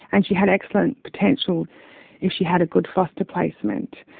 and she had excellent potential if she had a good foster placement.